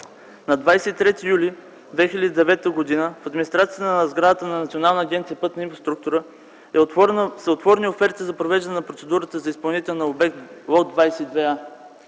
На 23 юли 2009 г. пред администрацията на Националната агенция „Пътна инфраструктура” са отворени оферти за провеждане на процедурата за изпълнител на обект „Лот 22а”